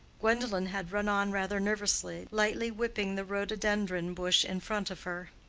gwendolen had run on rather nervously, lightly whipping the rhododendron bush in front of her.